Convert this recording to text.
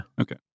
Okay